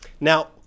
Now